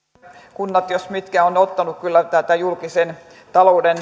kunnat jos mitkä ovat ottaneet kyllä tätä julkisen talouden